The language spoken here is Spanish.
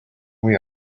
muy